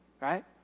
right